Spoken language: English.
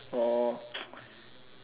or